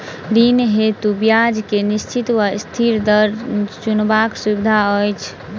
ऋण हेतु ब्याज केँ निश्चित वा अस्थिर दर चुनबाक सुविधा अछि